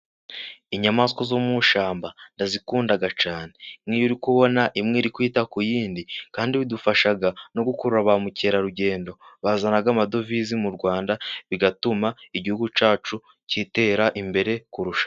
Inyamaswa zo mu ishyamba ndazikunda cyane. Iyo uri kubona imwe iri kwita ku yindi, kandi bidufasha no gukurura ba mukerarugendo, bazana amadovize mu Rwanda, bigatuma igihugu cyacu gitera imbere kurushaho.